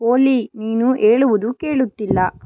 ಓಲೀ ನೀನು ಹೇಳುವುದು ಕೇಳುತ್ತಿಲ್ಲ